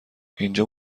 اینجا